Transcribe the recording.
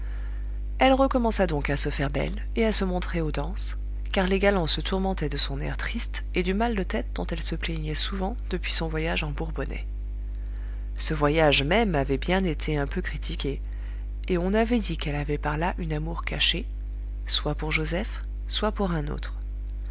elle recommença donc à se faire belle et à se montrer aux danses car les galants se tourmentaient de son air triste et du mal de tête dont elle se plaignait souvent depuis son voyage en bourbonnais ce voyage même avait bien été un peu critiqué et on avait dit qu'elle avait par là une amour cachée soit pour joseph soit pour un autre